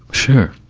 sure.